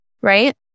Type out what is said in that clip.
right